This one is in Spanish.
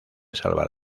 salvar